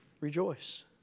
rejoice